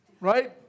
Right